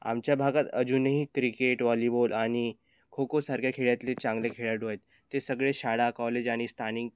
आमच्या भागात अजूनही क्रिकेट वॉलीबॉल आणि खो खोसारख्या खेळातले चांगले खेळाडू आहेत ते सगळे शाळा कॉलेज आणि स्थानिक